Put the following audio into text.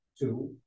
two